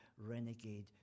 renegade